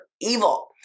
evil